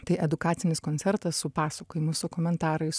tai edukacinis koncertas su pasakojimu su komentarais